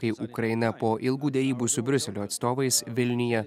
kai ukraina po ilgų derybų su briuselio atstovais vilniuje